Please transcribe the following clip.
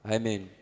Amen